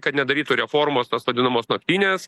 kad nedarytų reformos tos vadinamos naktinės